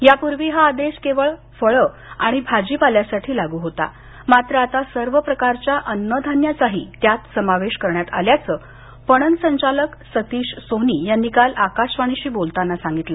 यापूर्वी हा आदेश केवळ फळं आणि भाजीपाल्यासाठी लागू होता मात्र आता सर्व प्रकारच्या अन्न धान्याचाही त्यात समावेश करण्यात आल्याचं पणन संचालक सतीश सोनी यांनी काल आकाशवाणीशी बोलताना सांगितलं